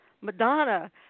Madonna